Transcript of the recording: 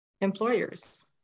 employers